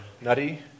nutty